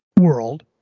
world